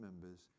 members